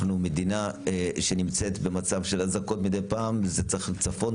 אנחנו מדינה שנמצאת במצב של אזעקות מדי פעם צפון,